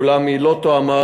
אולם היא לא תואמה,